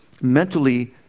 mentally